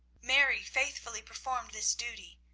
mary faithfully performed this duty,